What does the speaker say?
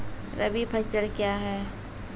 रबी फसल क्या हैं?